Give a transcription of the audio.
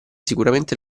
sicuramente